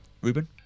Ruben